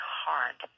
hard